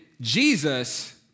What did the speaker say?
Jesus